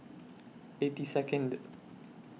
eighty Second